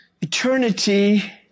Eternity